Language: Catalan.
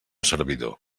servidor